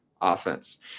offense